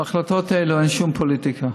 בהחלטות האלה אין שום פוליטיקה.